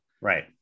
Right